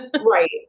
Right